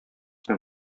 һәм